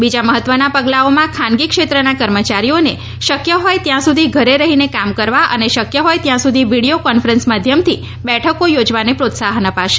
બીજા મફત્વના પગલાંઓમાં ખાનગી ક્ષેત્રના કર્મચારીઓને શક્ય હોય ત્યાં સુધી ઘેર રહીને કામ કરવા અને શક્ય હોય ત્યાં સુધી વીડિયો કોન્ફરન્સ માધ્યમથી બેઠકો યોજવાને પ્રોત્સાહન અપાશે